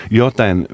joten